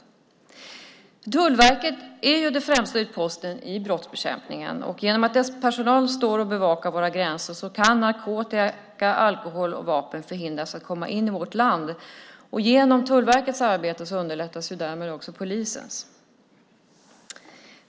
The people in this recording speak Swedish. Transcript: Tullverket är den främsta utposten i brottsbekämpningen. Genom att dess personal står och bevakar våra gränser kan narkotika, alkohol och vapen förhindras att komma in i vårt land. Genom Tullverkets arbete underlättas därmed också polisens arbete.